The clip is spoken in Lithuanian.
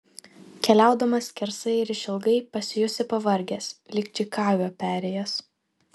keliaudamas skersai ir išilgai pasijusi pavargęs lyg čikagą perėjęs